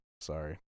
Sorry